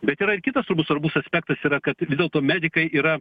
bet yra kitas svarbus aspektas yra kad vis dėlto medikai yra